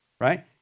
right